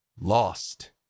lost